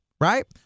right